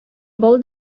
бал